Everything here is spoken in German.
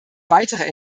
weiterer